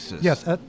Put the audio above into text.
yes